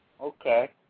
Okay